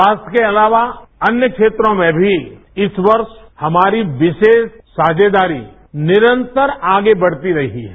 स्वास्थ्य के अलावा अन्य क्षेत्रों में भी इस वर्ष हमारी विशेष साझीदारी निरंतर आगे बढ़ती रही है